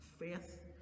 faith